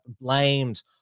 blamed